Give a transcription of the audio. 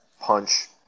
punch